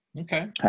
Okay